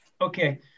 Okay